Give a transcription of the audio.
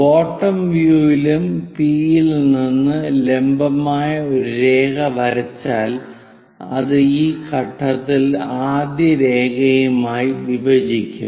bottom view യിലും P യിൽ നിന്ന് ലംബമായ ഒരു രേഖ വരച്ചാൽ അത് ഈ ഘട്ടത്തിൽ ആദ്യ രേഖ യുമായി വിഭജിക്കും